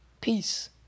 Peace